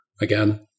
again